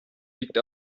liegt